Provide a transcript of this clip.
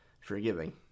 forgiving